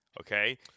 Okay